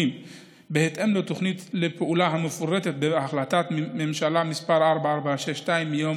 בהתאם לתוכנית הפעולה המפורטת בהחלטת ממשלה מס' 4462 מיום